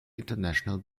international